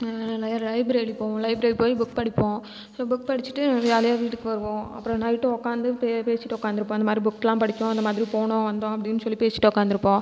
library போவோம் library போய் book படிப்போம் ஸோ புக் படிச்சிட்டு ஜாலியாக வீட்டுக்கு வருவோம் அப்புறம் நைட் உட்கார்ந்து பேசிட்டு உட்கார்ந்துருப்பேன் இந்த மாதிரி புக்லாம் படிச்சோம் அந்த மாதிரி போனோம் வந்தோம் அப்படினு சொல்லி பேசிட்டு உட்கார்ந்துருப்போம்